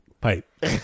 pipe